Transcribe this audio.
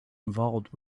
involved